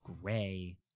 gray—